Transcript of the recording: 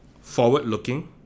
Forward-looking